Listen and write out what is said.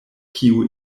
kiu